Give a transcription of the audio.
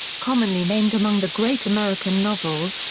commonly named among the great american novels,